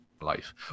life